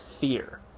fear